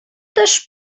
też